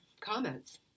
comments